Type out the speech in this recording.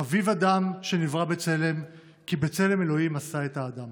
חביב אדם שנברא בצלם, כי בצלם אלוהים עשה את האדם.